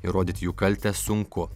įrodyt jų kaltę sunku